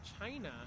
China